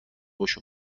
بشو